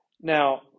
Now